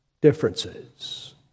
differences